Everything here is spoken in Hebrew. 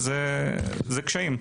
וזה קשיים.